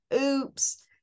Oops